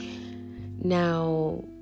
Now